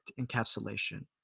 encapsulation